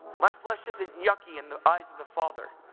my flesh isn't yucky in the eyes of the father.